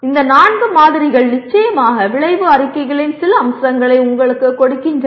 இந்த நான்கு மாதிரிகள் நிச்சயமாக விளைவு அறிக்கைகளின் சில அம்சங்களை உங்களுக்குக் கொடுக்கின்றன